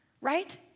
right